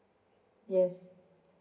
yes